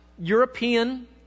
European